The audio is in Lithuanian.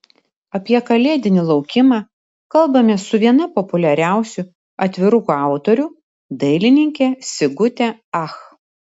apie kalėdinį laukimą kalbamės su viena populiariausių atvirukų autorių dailininke sigute ach